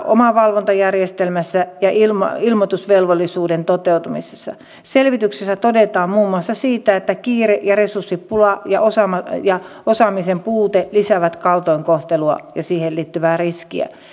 omavalvontajärjestelmässä ja ilmoitusvelvollisuuden toteutumisessa selvityksessä todetaan muun muassa että kiire resurssipula ja osaamisen puute lisäävät kaltoinkohtelua ja siihen liittyvää riskiä